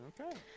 okay